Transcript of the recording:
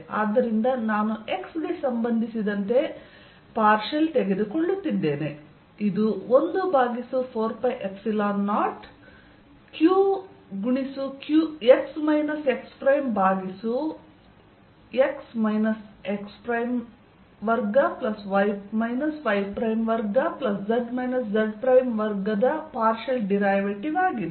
ಆದ್ದರಿಂದ ನಾನು x ಗೆ ಸಂಬಂಧಿಸಿದಂತೆ ಪಾರ್ಷಿಯಲ್ ತೆಗೆದುಕೊಳ್ಳುತ್ತಿದ್ದೇನೆ ಇದು 140 q x x ಪ್ರೈಮ್ ಭಾಗಿಸು x x2y y2z z2 ನ ಪಾರ್ಷಿಯಲ್ ಡಿರೈವೇಟಿವ್ ಆಗಿದೆ